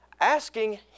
Asking